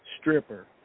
Stripper